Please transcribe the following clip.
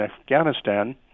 Afghanistan